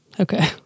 Okay